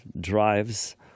drives